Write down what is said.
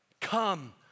Come